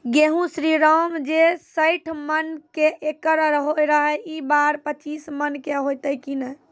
गेहूँ श्रीराम जे सैठ मन के एकरऽ होय रहे ई बार पचीस मन के होते कि नेय?